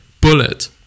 bullet